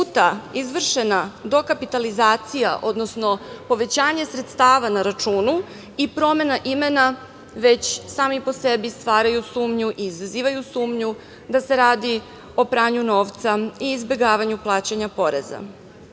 puta izvršena dokapitalizacija, odnosno povećanje sredstava na računu i promena imena već sami po sebi stvaraju sumnju i izazivaju sumnju da se radi o pranju novca i izbegavanju plaćanja poreza.